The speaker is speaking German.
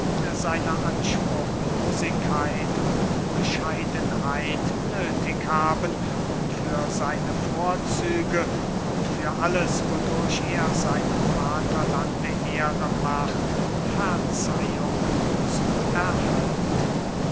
seiner anspruchlosigkeit und bescheidenheit nöthig haben um für seine vorzüge und für alles wodurch er seinem vaterland ehre macht verzeihung zu erhalten